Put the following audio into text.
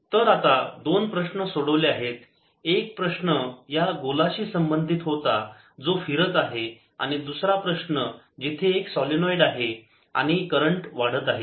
तर आता दोन प्रश्न सोडवले आहे एक प्रश्न या गोला शी संबंधित होता जो फिरत आहे आणि दुसरा प्रश्न जिथे एक सोलेनोएड आहे आणि करंट वाढत आहे